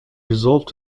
resolved